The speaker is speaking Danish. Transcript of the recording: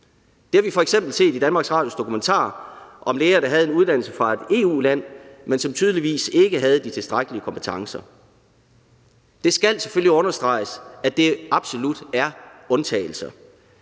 eksempler på det i Danmarks Radios dokumentarudsendelse om læger, der havde taget uddannelsen i et EU-land, men som tydeligvis ikke havde de tilstrækkelige kompetencer. Det skal selvfølgelig understreges, at det absolut er undtagelser.